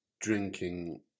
drinking